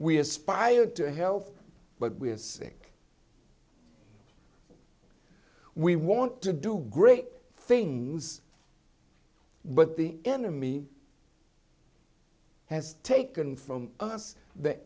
we aspire to health but we are sick we want to do great things but the enemy has taken from us th